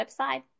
website